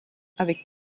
avec